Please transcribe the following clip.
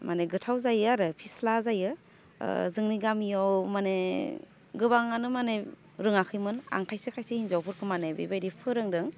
माने गोथाव जायो आरो फिस्ला जायो जोंनि गामियाव माने गोबाङानो माने रोङाखैमोन आं खायसे खायसे हिन्जावफोरखौ माने बेबायदि फोरोंदों